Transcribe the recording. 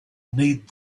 need